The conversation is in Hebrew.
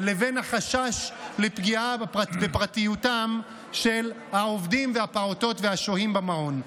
לבין החשש לפגיעה בפרטיותם של העובדים והפעוטות והשוהים במעון.